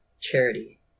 charity